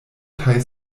kaj